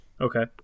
Okay